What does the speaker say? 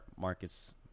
Marcus